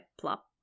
plop